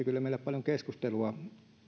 kyllä paljon keskustelua